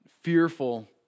fearful